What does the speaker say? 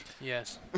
Yes